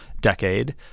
decade